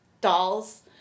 dolls